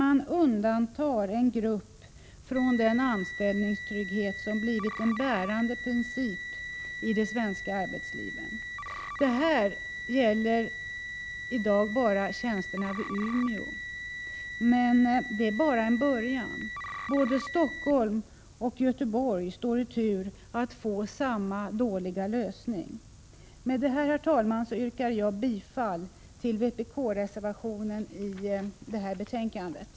Man undantar en grupp från den anställningstrygghet som blivit en bärande princip i det svenska arbetslivet. Detta gäller i dag endast tjänsterna i Umeå, men det är bara en början. Både Stockholm och Göteborg står i tur att få samma dåliga lösning. Herr talman! Med detta yrkar jag bifall till vpk-reservationen i betänkandet.